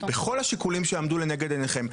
בכל השיקולים שעמדו לנגד עיניכם,